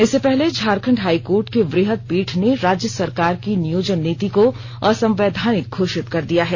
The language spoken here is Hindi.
इससे पहले झारखंड हाई कोर्ट की वृहद पीठ ने राज्य सरकार की नियोजन नीति को असंवैधानिक घोषित कर दिया है